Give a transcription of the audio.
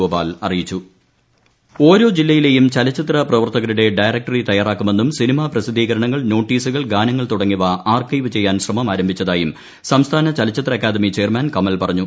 ട്ടടടടടടടടടടടടടടടടടടട ചലച്ചിത്ര ആക്കാദമി ഓരോ ജില്ലയിലെയും ചലച്ചിത്ര പ്രവർത്തകരുടെ ഡയറക്ടറി തയ്യാറാക്കുമെന്നും സിനിമാ പ്രസിദ്ധീകരണങ്ങൾ നോട്ടീസുകൾ ഗാനങ്ങൾ തുടങ്ങിയവ ആർക്കൈവ് ചെയ്യാൻ ശ്രമം ആരംഭിച്ചതായും സംസ്ഥാന ചലച്ചിത്ര അക്കാദമി ചെയർമാൻ കമൽ പറഞ്ഞു